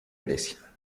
grecia